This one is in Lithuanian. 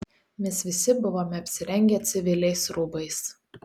mes visi buvome apsirengę civiliais rūbais